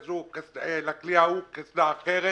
לכלי ההוא קסדה אחרת